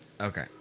okay